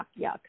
yuck